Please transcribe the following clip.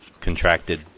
contracted